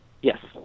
Yes